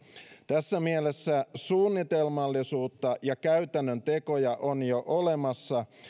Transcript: tässä mielessä suunnitelmallisuutta ja käytännön tekoja on jo olemassa